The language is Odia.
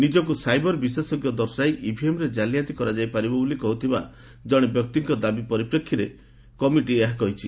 ନିଜକୁ ସାଇବର ବିଶେଷଜ୍ଞ ଦର୍ଶାଇ ଇଭିଏମ୍ରେ ଜାଲିଆତି କରାଯାଇ ପାରିବ ବୋଲି କହୁଥିବା ଜରେ ବ୍ୟକ୍ତିଙ୍କ ଦାବି ପରିପ୍ରେକ୍ଷୀରେ କମିଟି ଏହା କହିଛି